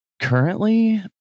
Currently